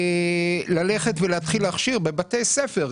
ללכת ולהתחיל להכשיר בבתי הספר.